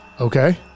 Okay